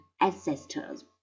ancestors